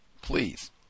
Please